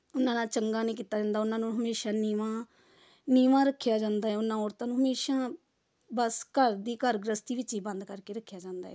ਉਹਨਾਂ ਨਾਲ ਚੰਗਾ ਨਹੀਂ ਕੀਤਾ ਜਾਂਦਾ ਉਹਨਾਂ ਨੂੰ ਹਮੇਸ਼ਾ ਨੀਵਾਂ ਨੀਵਾਂ ਰੱਖਿਆ ਜਾਂਦਾ ਉਹਨਾਂ ਔਰਤਾਂ ਨੂੰ ਹਮੇਸ਼ਾ ਬਸ ਘਰ ਦੀ ਘਰ ਗ੍ਰਸਤੀ ਵਿੱਚ ਹੀ ਬੰਦ ਕਰਕੇ ਰੱਖਿਆ ਜਾਂਦਾ